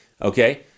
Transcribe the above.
okay